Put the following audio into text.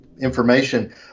information